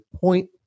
point